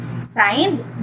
Signed